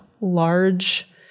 large